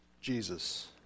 Jesus